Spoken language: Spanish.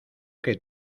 que